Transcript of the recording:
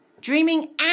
dreaming